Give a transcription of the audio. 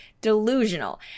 delusional